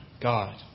god